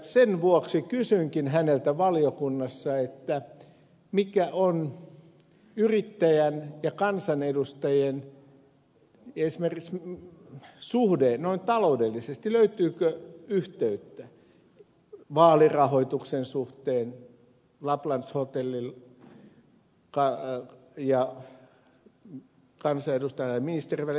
sen vuoksi kysyinkin häneltä valiokunnassa mikä on esimerkiksi yrittäjän ja kansanedustajien suhde noin taloudellisesti löytyykö yhteyttä vaalirahoituksen suhteen lapland hotellin ja kansanedustajan ja ministerin välillä